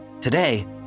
Today